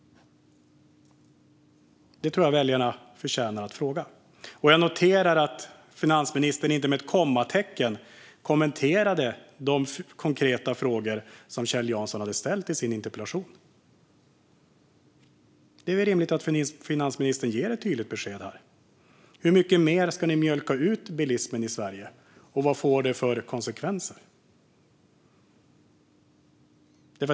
Det tror jag att väljarna förtjänar att fråga. Jag noterar att finansministern inte med ett kommatecken kommenterade de konkreta frågor som Kjell Jansson ställt i sin interpellation. Det är väl rimligt att finansministern ger ett tydligt besked. Hur mycket mer ska ni mjölka ut ur bilismen i Sverige, och vad får det för konsekvenser?